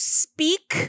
speak